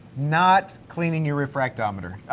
not cleaning your refractometer.